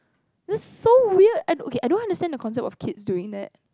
you're so weird and okay I don't understand the concept of kids doing that